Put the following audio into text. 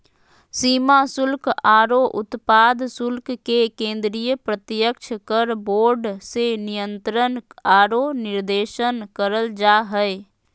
सीमा शुल्क आरो उत्पाद शुल्क के केंद्रीय प्रत्यक्ष कर बोर्ड से नियंत्रण आरो निर्देशन करल जा हय